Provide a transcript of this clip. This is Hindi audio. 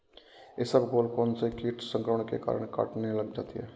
इसबगोल कौनसे कीट संक्रमण के कारण कटने लग जाती है?